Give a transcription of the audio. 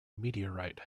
meteorite